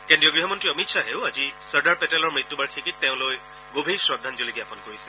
কেজ্ৰীয় গৃহমন্ত্ৰী অমিত খাহেও আজি চৰ্দাৰ পেটেলৰ মৃত্যু বাৰ্ষিকীত তেওঁলৈ গভীৰ শ্ৰদ্ধাঞ্জলি জাপন কৰিছে